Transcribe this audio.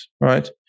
right